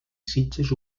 sitges